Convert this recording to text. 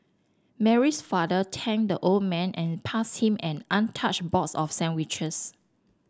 Mary's father thanked the old man and passed him an untouched box of sandwiches